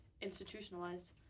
institutionalized